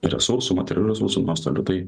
resursų materialių resursų nuostolių tai